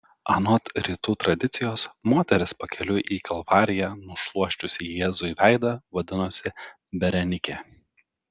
anot rytų tradicijos moteris pakeliui į kalvariją nušluosčiusi jėzui veidą vadinosi berenikė